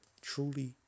truly